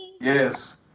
Yes